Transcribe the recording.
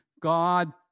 God